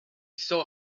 saw